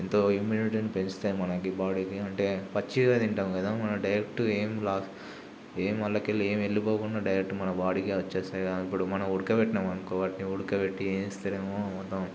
ఎంతో ఇమ్యూనిటీని పెంచుతాయి మనకి బాడీకి అంటే పచ్చివే తింటాము కదా మనం డైరెక్ట్ ఏం ఏంఅందులోకెళ్లి ఏం వెళ్ళిపోకుండా డైరెక్టు మనకి బాడీకి వచ్చేస్తాయి కదా ఇప్పుడు మనం ఉడకపెట్టినం అనుకో వాటిని ఉడకబెట్టి వేస్తేనేమో మొత్తం